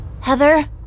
Heather